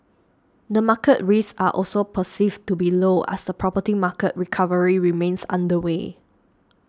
the market risks are also perceived to be low as the property market recovery remains underway